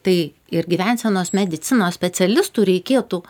tai ir gyvensenos medicinos specialistų reikėtų